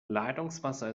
leitungswasser